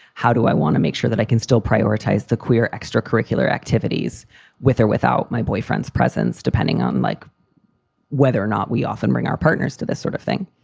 how do i want to make sure that i can still prioritize the career extracurricular activities with or without my boyfriend's presence, depending on like whether or not we often bring our partners to this sort of thing.